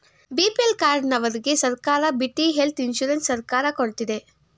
BPL ಕಾರ್ಡನವರ್ಗೆ ಸರ್ಕಾರ ಬಿಟ್ಟಿ ಹೆಲ್ತ್ ಇನ್ಸೂರೆನ್ಸ್ ಸರ್ಕಾರ ಕೊಡ್ತಿದೆ